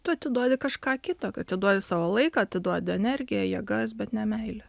tu atiduodi kažką kito atiduoti savo laiką atiduoti energiją jėgas bet ne meilę